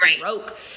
broke